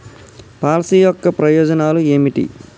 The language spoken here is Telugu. పాలసీ యొక్క ప్రయోజనాలు ఏమిటి?